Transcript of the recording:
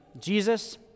Jesus